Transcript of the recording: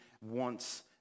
wants